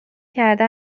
کرده